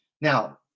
Now